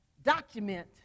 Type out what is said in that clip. document